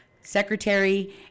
Secretary